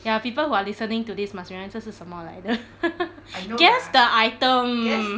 ya people who are listening to this must be won~ 这是什么来的 guess the item